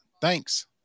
Thanks